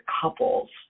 couples